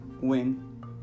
win